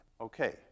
Okay